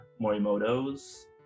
Morimoto's